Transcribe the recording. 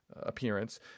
appearance